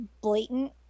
blatant